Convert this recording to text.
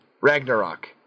Ragnarok